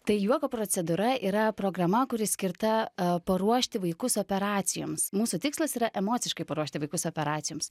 tai juoko procedūra yra programa kuri skirta paruošti vaikus operacijoms mūsų tikslas yra emociškai paruošti vaikus operacijoms